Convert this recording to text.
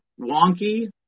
wonky